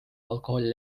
alkoholi